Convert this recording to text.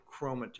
chromatin